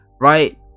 right